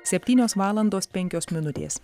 septynios valandos penkios minutės